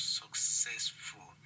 successful